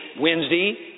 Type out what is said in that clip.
Wednesday